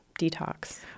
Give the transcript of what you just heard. detox